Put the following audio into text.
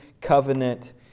covenant